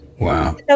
Wow